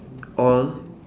all